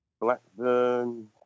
Blackburn